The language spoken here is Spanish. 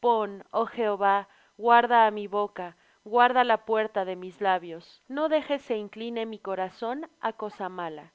pon oh jehová guarda á mi boca guarda la puerta de mis labios no dejes se incline mi corazón á cosa mala a